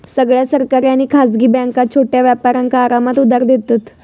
सगळ्या सरकारी आणि खासगी बॅन्का छोट्या व्यापारांका आरामात उधार देतत